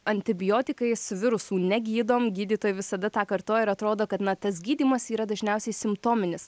antibiotikais virusų negydom gydytojai visada tą kartoja ir atrodo kad na tas gydymas yra dažniausiai simptominis